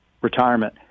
retirement